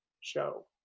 show